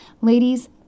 Ladies